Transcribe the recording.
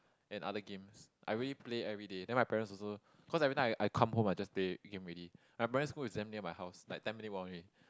and other games I really play every day then my parents also cause every time I I come home I just play game already my primary school is damn near my house like ten minute walk only